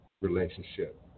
relationship